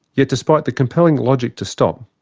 yet, despite the compelling logic to stop,